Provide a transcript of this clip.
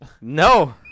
No